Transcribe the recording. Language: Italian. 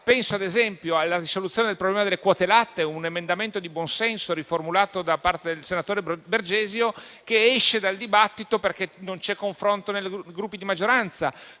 Penso ad esempio alla risoluzione del problema delle quote latte: un emendamento di buon senso, riformulato da parte del senatore Bergesio, esce dal dibattito perché non c'è confronto tra i Gruppi di maggioranza.